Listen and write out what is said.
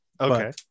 Okay